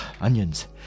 onions